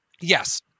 Yes